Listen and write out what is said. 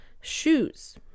Shoes